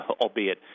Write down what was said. albeit